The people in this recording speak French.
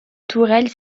tourelles